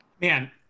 Man